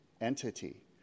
entity